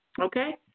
Okay